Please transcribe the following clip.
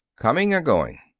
coming or going?